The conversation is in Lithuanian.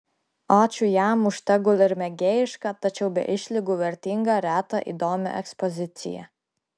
ačiū jam už tegul ir mėgėjišką tačiau be išlygų vertingą retą įdomią ekspoziciją